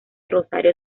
rosario